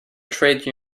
trade